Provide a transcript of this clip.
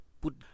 put